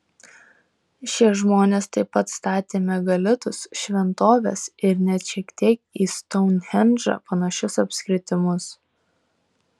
šie žmonės taip pat statė megalitus šventoves ir net šiek tiek į stounhendžą panašius apskritimus